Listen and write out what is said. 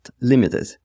limited